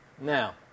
Now